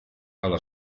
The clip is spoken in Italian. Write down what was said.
alla